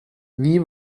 wie